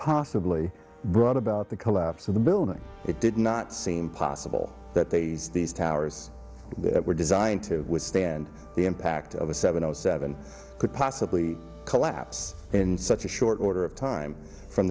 possibly brought about the collapse of the building it did not seem possible that they used this towers that were designed to withstand the impact of a seven o seven could possibly collapse in such a short order of time from